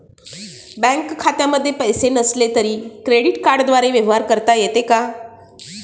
Bank खात्यामध्ये पैसे नसले तरी क्रेडिट कार्डद्वारे व्यवहार करता येतो का?